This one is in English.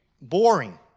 boring